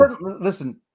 Listen